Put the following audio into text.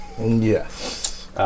Yes